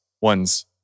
ones